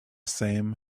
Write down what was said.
same